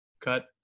Cut